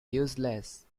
useless